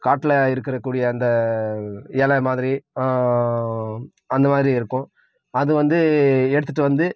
காட்டில இருக்கிறக்கூடிய அந்த இல மாதிரி அந்தமாதிரி இருக்கும் அதுவந்து எடுத்துட்டு வந்து